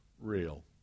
real